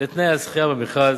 לתנאי הזכייה במכרז.